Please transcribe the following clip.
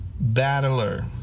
battler